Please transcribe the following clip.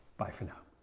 bye, for now.